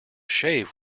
shave